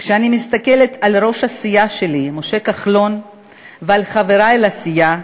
כשאני מסתכלת על ראש הסיעה שלי משה כחלון ועל חברי לסיעה,